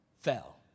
fell